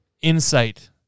insight